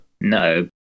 No